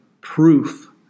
proof